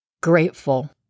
grateful